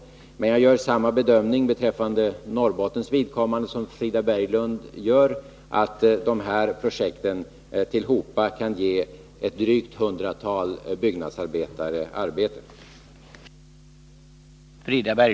Men jag gör samma bedömning för Norrbottens vidkommande som Frida Berglund gör, nämligen att dessa projekt tillhopa kan ge drygt 100 byggnadsarbetare sysselsättning.